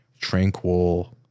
tranquil